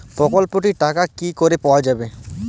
প্রকল্পটি র টাকা কি করে পাওয়া যাবে?